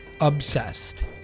obsessed